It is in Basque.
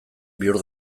bihur